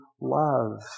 love